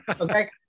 Okay